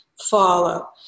follow